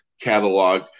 catalog